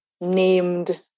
named